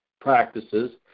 practices